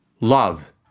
love